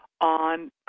on